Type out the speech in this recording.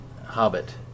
Hobbit